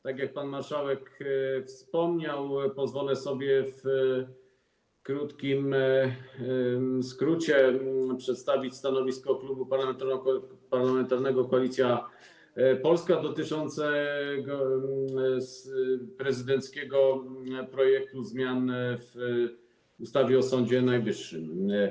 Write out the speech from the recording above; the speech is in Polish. Tak jak pan marszałek wspomniał, pozwolę sobie w dużym skrócie przedstawić stanowisko Klubu Parlamentarnego Koalicja Polska dotyczące prezydenckiego projektu zmian w ustawie o Sądzie Najwyższym.